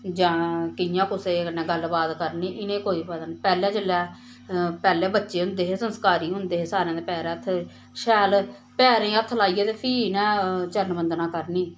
जां कि'यां कुसै कन्नै गल्ल बात करनी इनेंगी कोई पता नेईं पैह्ले जेल्लै पैह्ले बच्चे होंदे हे संस्कारी होंदे हे सारें दे पैरें हत्थ शैल पैरें हत्थ लाइयै ते फ्ही इ'नें चरण बंदना करनी